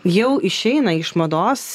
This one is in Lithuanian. jau išeina iš mados